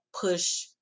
push